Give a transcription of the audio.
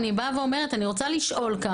רוצה לשאול,